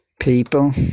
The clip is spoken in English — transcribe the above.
People